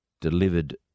delivered